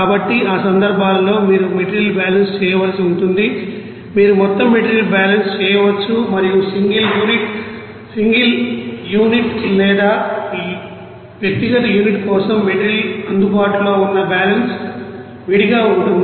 కాబట్టి ఆ సందర్భాలలో మీరు మెటీరియల్ బ్యాలెన్స్ చేయవలసి ఉంటుంది మీరు మొత్తం మెటీరియల్ బ్యాలెన్స్ చేయవచ్చు మరియు సింగిల్ యూనిట్ లేదా వ్యక్తిగత యూనిట్ కోసం మెటీరియల్ అందుబాటులో ఉన్న బ్యాలెన్స్ విడిగా ఉంటుంది